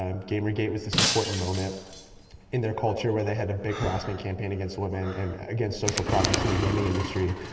um gamergate was this important moment in their culture where they had a big harassment campaign against the women and against social progressin the gaming industry.